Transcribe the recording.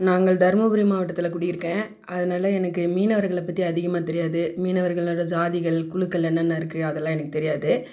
நாங்கள் தருமபுரி மாவட்டத்தில் குடியிருக்கேன் அதனால எனக்கு மீனவர்களை பற்றி அதிகமாக தெரியாது மீனவர்களோடய ஜாதிகள் குழுக்கள் என்னென்ன இருக்குது அதெல்லாம் எனக்கு தெரியாது